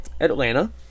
Atlanta